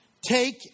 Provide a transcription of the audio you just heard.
Take